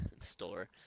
store